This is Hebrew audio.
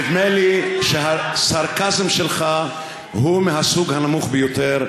נדמה לי שהסרקזם שלך הוא מהסוג הנמוך ביותר,